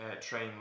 train